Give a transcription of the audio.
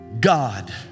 God